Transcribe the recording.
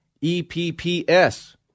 E-P-P-S